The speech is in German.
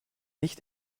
nicht